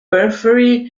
periphery